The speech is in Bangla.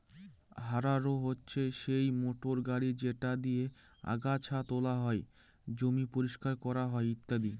হাররো হচ্ছে সেই মোটর গাড়ি যেটা দিয়ে আগাচ্ছা তোলা হয়, জমি পরিষ্কার করা হয় ইত্যাদি